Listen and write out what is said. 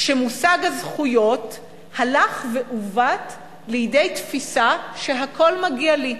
כאשר מושג הזכויות הלך ועוות לידי תפיסה של "הכול מגיע לי".